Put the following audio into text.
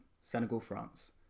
Senegal-France